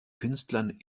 künstlern